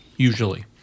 Usually